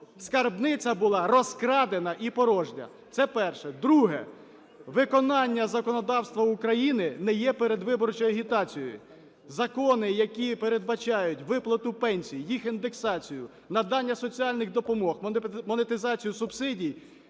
скарбниця була розкрадена і порожня. Це перше. Друге. Виконання законодавства України не є передвиборчою агітацією. Закони, які передбачають виплату пенсій, їх індексацію, надання соціальних допомог, монетизацію субсидій